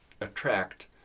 attract